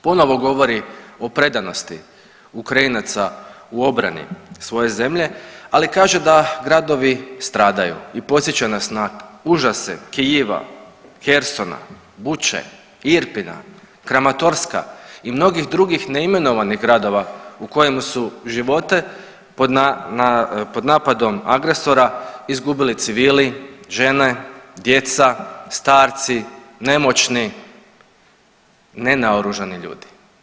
Ponovo govori o predanosti Ukrajinaca u obrani svoje zemlje, ali kaže da gradovi stradaju i podsjeća nas na užase Kijeva, Hersona, Buche, Irpina, Kramatorska i mnogih drugih neimenovanih gradova u kojima su živote pod napadom agresora izgubili civili, žene, djeca, starci, nemoćni, nenaoružani ljudi.